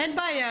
אין בעיה,